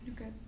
Okay